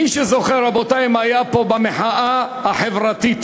מי שזוכר, רבותי, אם היה פה במחאה החברתית,